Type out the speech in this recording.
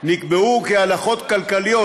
נקבעו כהלכות כלכליות,